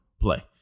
Play